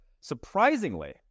surprisingly